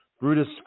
Brutus